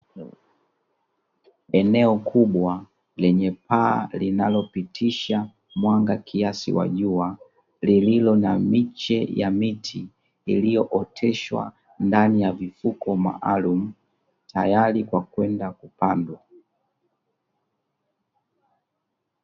Eneo kubwa lenye paa linalopitisha mwanga kiasi wa jua, lililo na miche ya miti iliyooteshwa ndani ya vifuko maalumu tayari kwa kwenda kupandwa .